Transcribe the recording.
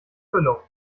füllung